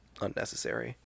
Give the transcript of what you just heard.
unnecessary